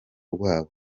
rwabo